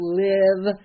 live